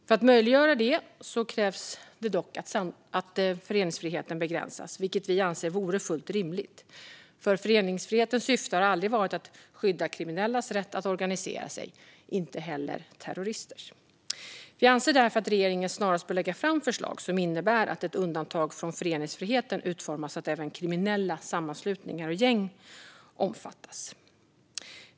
För att möjliggöra det krävs det dock att föreningsfriheten begränsas, vilket vi anser vore fullt rimligt. Föreningsfrihetens syfte har aldrig varit att skydda kriminellas rätt att organisera sig, inte heller terroristers. Vi anser därför att regeringen snarast bör lägga fram förslag som innebär att ett undantag från föreningsfriheten utformas så att även kriminella sammanslutningar och gäng omfattas.